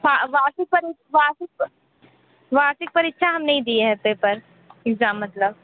हाँ वार्षिक वार्षिक वार्षिक परीक्षा हम नहीं दिए हैं पेपर एग्जाम मतलब